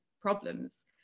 problems